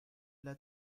l’a